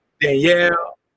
Danielle